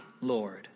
Lord